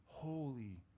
holy